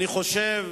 אני חושב